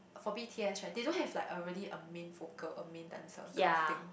for B_T_S right they don't have like a really a main vocal a main dancer kind of thing